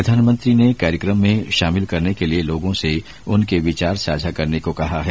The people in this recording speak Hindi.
प्रधानमंत्री ने कार्यकम में शामिल करने के लिए लोगों से उनके विचार साझा करने को कहा है